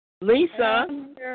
Lisa